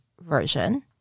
version